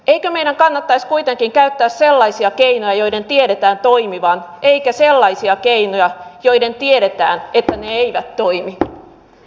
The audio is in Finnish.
ehkä minä kannatan kuitenkin käyttää sellaisia keinoja joiden tiedetään toimivan eikä sellaisia keinoja joiden tiedetään että niitä toimi